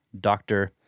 Doctor